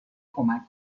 کمک